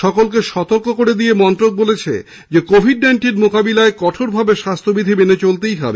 সকলকে সতর্ক করে দিয়ে মন্ত্রক বলেছে কোভিড মোকাবিলায় কঠোর ভাবে স্বাস্হ্যবিধি মেনে চলতেই হবে